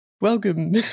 Welcome